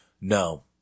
No